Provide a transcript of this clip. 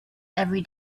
every